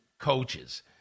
coaches